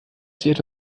sich